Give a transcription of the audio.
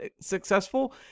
successful